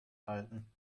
halten